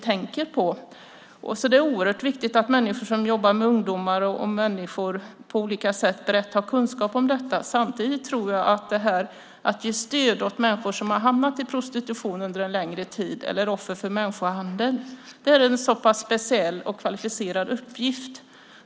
Det är därför oerhört viktigt att människor som arbetar med ungdomar och andra på olika sätt och som har kunskap om detta berättar om det. Samtidigt tror jag att detta att ge stöd till människor som har hamnat i prostitution under en längre tid eller som är offer för människohandel är en speciell och kvalificerad uppgift.